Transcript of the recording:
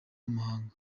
amafaranga